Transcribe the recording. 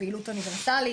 כפעילות אוניברסלית,